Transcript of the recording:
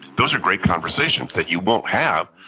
those are great conversations that you won't have,